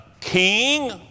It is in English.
king